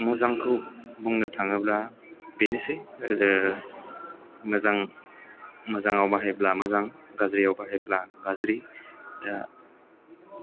मोजांखौ बुंनो थाङोब्ला बेनोसै मोजां आव बाहायब्ला मोजां गाज्रियाव बाहायब्ला गाज्रि दा